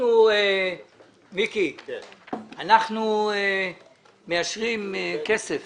אנחנו מאשרים כסף